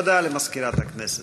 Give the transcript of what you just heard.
הודעה למזכירת הכנסת.